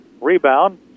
Rebound